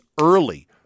early